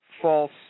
false